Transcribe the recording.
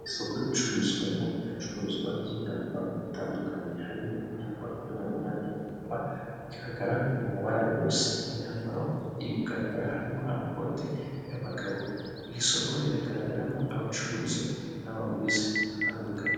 Isoko ricururizwamo ibicuruzwa by'imyambaro bitandukanye harimo imyambaro y'abamama n'iy'abapapa igaragara mu mabara yose. Iyi myambaro iri kugaragara harimo amakoti y'abagabo. Iri soko riragaragaramo abacuruzi n'abaguzi batandukanye.